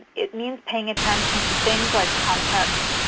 it means paying attention to things like context,